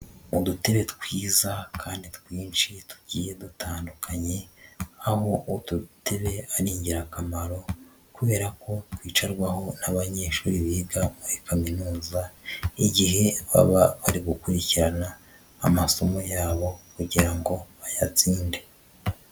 Uduterere twiza kandi twinshi tugiye dutandukanye, aho utu dutebe ari ingirakamaro, kubera ko tewicarwaho n'abanyeshuri biga muri Kaminuza igihe baba bari gukurikirana amasomo yabo kugira ngo bayatsinde.